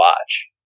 watch